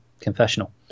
confessional